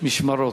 המשמרות.